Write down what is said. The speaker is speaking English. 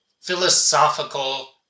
philosophical